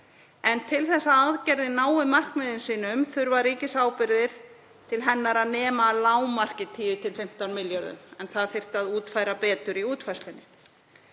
En til þess að aðgerðin nái markmiðum sínum þurfa ríkisábyrgðir til hennar að nema að lágmarki 10–15 milljörðum, en það þyrfti að útfæra betur í útfærslunni.